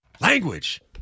Language